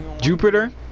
Jupiter